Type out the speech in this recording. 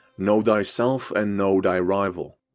know thyself and know thy rival.